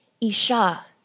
Isha